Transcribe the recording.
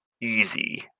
easy